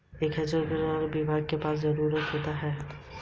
has cutter horticulture विभाग के पास जरूर होता है